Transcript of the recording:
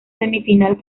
semifinal